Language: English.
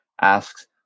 asks